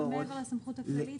אבל מעבר לסמכות הכללית,